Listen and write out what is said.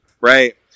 Right